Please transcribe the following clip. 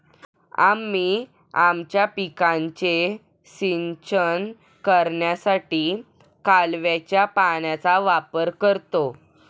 आम्ही आमच्या पिकांचे सिंचन करण्यासाठी कालव्याच्या पाण्याचा वापर करतो